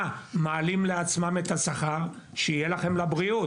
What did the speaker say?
מעלים לעצמם את השכר ושיהיה לכם לבריאות,